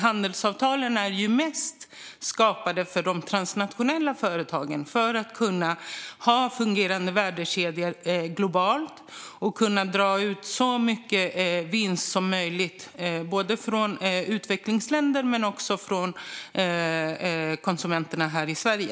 Handelsavtalen är ju mest skapade för att de transnationella företagen ska kunna ha fungerande värdekedjor globalt och dra ut så mycket vinst som möjligt både från utvecklingsländer och från konsumenterna här i Sverige.